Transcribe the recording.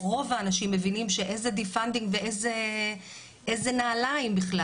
רוב האנשים מבינים שאיזה defunding ואיזה נעליים בכלל?